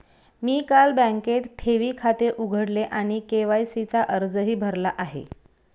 मी काल बँकेत ठेवी खाते उघडले आणि के.वाय.सी चा अर्जही भरला आहे